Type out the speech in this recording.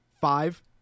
Five